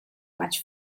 much